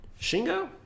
Shingo